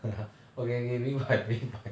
okay okay 明白明白